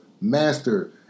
master